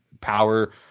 power